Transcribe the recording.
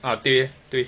啊对对